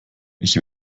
ich